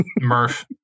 Murph